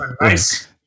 nice